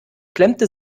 klemmte